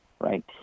right